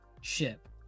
ship